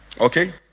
okay